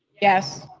yes.